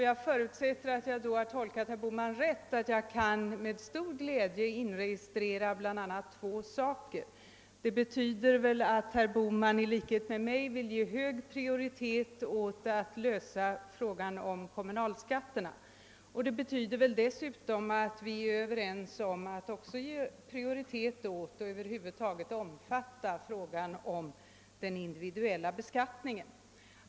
Jag förutsätter att jag har tolkat herr Bohman rätt då jag alltså nu med stor glädje inregistrerar bl.a. två saker: för det första att herr Bohman i likhet med mig vill ge hög prioritet åt en lösning av frågan om kommunalskatterna och för det andra att herr Bohman och jag är ense om att också ge hög prioritet åt frågan om den individuella beskattningen.